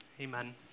amen